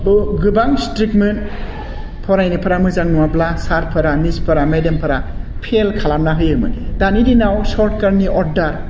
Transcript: गोबां स्ट्रिक्तमोन फरायनायनोफ्रा मोजां नङाब्ला सारफोरा मिसफोरा मेडामफोरा फेल खालामना होयोमोन दानि दिनाव सरकारनि अर्डार